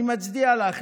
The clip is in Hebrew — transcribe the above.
אני מצדיע לך,